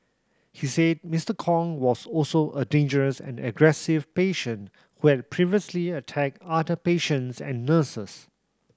he said Mister Kong was also a dangerous and aggressive patient who had previously attacked other patients and nurses